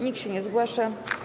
Nikt się nie zgłasza.